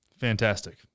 Fantastic